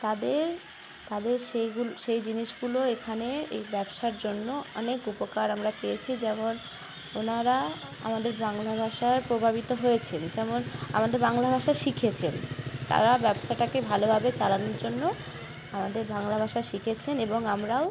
তাদের তাদের সেইগুলো সেই জিনিসগুলো এখানে ব্যবসার জন্য অনেক উপকার আমরা পেয়েছি যেমন ওনারা আমাদের বাংলা ভাষায় প্রভাবিত হয়েছেন যেমন আমাদের বাংলা ভাষা শিখেছেন তারা ব্যবসাটাকে ভালোভাবে চালানোর জন্য আমাদের বাংলা ভাষা শিখেছেন এবং আমরাও